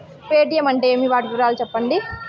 Paytm అంటే ఏమి, వాటి వివరాలు సెప్పండి?